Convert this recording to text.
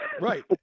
right